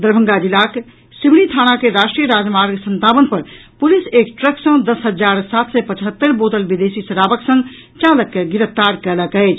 दरभंगा जिलाक सिमरी थाना कि राष्ट्रीय राजमार्ग संतावन पर पुलिस एक ट्रक सँ दस हजार सात सय पचहत्तरि बोतल विदेशी शराबक संग चालक के गिरफ्तार कयलक अछि